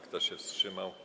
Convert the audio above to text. Kto się wstrzymał?